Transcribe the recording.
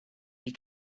you